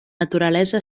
naturalesa